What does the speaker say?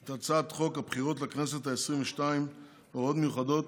את הצעת חוק הבחירות לכנסת העשרים-ושתיים (הוראות מיוחדות